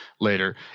later